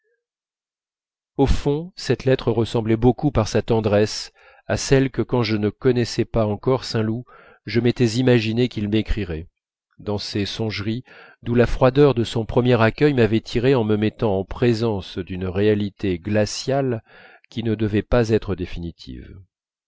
au fond cette lettre ressemblait beaucoup par sa tendresse à celles que quand je ne connaissais pas encore saint loup je m'étais imaginé qu'il m'écrirait dans ces songeries d'où la froideur de son premier accueil m'avait tiré en me mettant en présence d'une réalité glaciale qui ne devait pas être définitive